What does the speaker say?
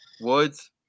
Woods